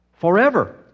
forever